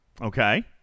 Okay